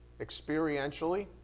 experientially